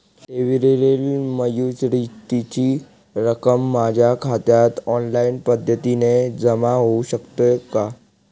ठेवीवरील मॅच्युरिटीची रक्कम माझ्या खात्यात ऑनलाईन पद्धतीने जमा होऊ शकते का?